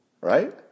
right